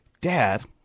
Dad